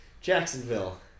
Jacksonville